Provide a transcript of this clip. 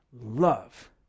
love